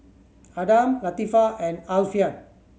Adam Latifa and Alfian